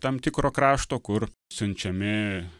tam tikro krašto kur siunčiami